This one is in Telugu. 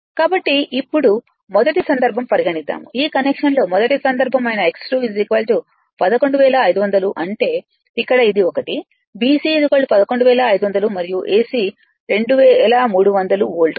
కాబట్టి ఇప్పుడు మొదటి సందర్భంపరిగణిద్దాము ఈ కనెక్షన్లో మొదటి సందర్భం అయిన X2 11500 అంటే ఇక్కడ ఇది ఒకటి BC 11500 మరియు AC 2300 వోల్ట్